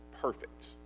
Perfect